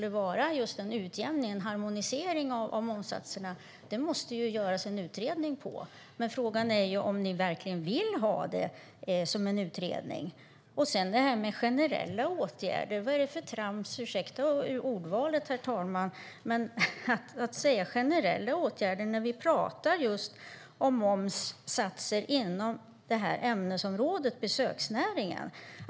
En utjämning, en harmonisering, av momssatserna måste det göras en utredning av. Men frågan är om ni verkligen vill ha det utrett. När det gäller generella åtgärder undrar jag vad det är för trams - ursäkta ordvalet, herr talman - att prata om generella åtgärder när vi diskuterar momssatser inom besöksnäringen.